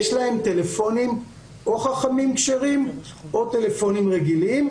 יש להם טלפונים או חכמים כשרים או טלפונים רגילים,